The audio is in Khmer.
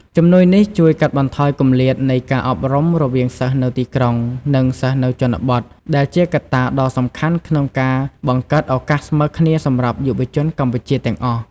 ជំនួយនេះជួយកាត់បន្ថយគម្លាតនៃការអប់រំរវាងសិស្សនៅទីក្រុង និងសិស្សនៅជនបទ ដែលជាកត្តាដ៏សំខាន់ក្នុងការបង្កើតឱកាសស្មើគ្នាសម្រាប់យុវជនកម្ពុជាទាំងអស់។